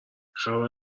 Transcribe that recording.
خبر